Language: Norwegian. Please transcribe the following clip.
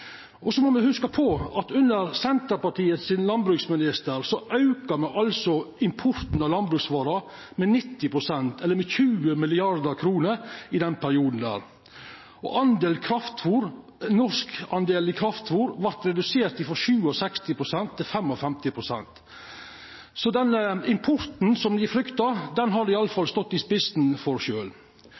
salen. Så må me hugsa på at under Senterpartiet sin landbruksminister – i den perioden – auka me importen av landbruksvarer med 90 pst., eller 20 mrd. kr. Den norske delen kraftfôr vart redusert frå 67 pst. til 55 pst. Så den importen som dei frykta, har dei stått i spissen for